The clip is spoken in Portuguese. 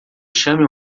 chame